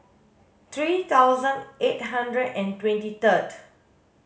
three thousand eight hundred and twenty third